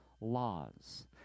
laws